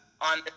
on